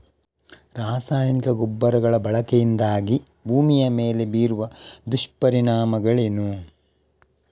ರಾಸಾಯನಿಕ ಗೊಬ್ಬರಗಳ ಬಳಕೆಯಿಂದಾಗಿ ಭೂಮಿಯ ಮೇಲೆ ಬೀರುವ ದುಷ್ಪರಿಣಾಮಗಳೇನು?